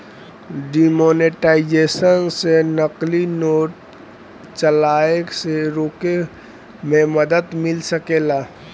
demonetisation से नकली note चलाए से रोके में मदद मिल सकेला